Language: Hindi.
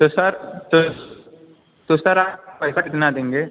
तो सर तो तो सर आप पैसा कितना देंगे